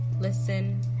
listen